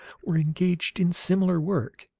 were engaged in similar work.